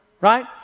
right